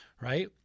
Right